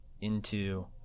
into-